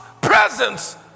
presence